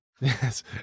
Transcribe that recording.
Yes